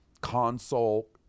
console